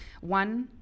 one